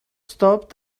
stopped